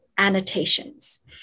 annotations